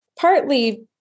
partly